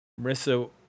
Marissa